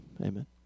amen